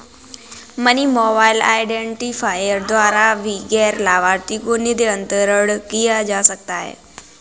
money mobile identifier द्वारा भी गैर लाभार्थी को निधि अंतरण किया जा सकता है